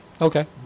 okay